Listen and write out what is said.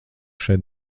šeit